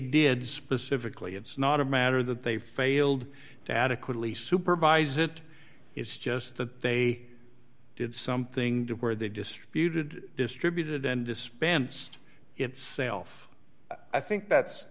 did specifically it's not a matter that they failed to adequately supervise it is just that they did something to where they distributed distributed and dispensed itself i think that's